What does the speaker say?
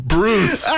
Bruce